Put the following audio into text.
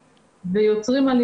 גם בעיה בהכשרה של צוותים וכך הלאה,